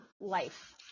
life